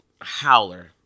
howler